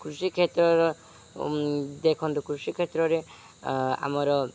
କୃଷି କ୍ଷେତ୍ରର ଦେଖନ୍ତୁ କୃଷି କ୍ଷେତ୍ରରେ ଆମର